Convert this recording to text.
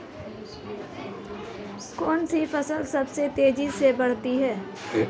कौनसी फसल सबसे तेज़ी से बढ़ती है?